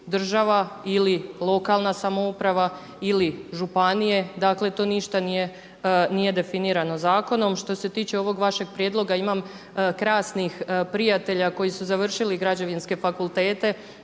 ili lokalna samouprava ili županije, dakle to ništa nije definirano zakonom. Što se tiče ovog vašeg prijedloga imam krasnih prijatelja koji su završili građevinske fakultete,